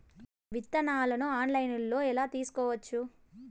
విత్తనాలను ఆన్లైన్లో ఎలా తీసుకోవచ్చు